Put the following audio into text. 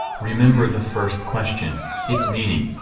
remember the first question its meaning,